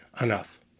enough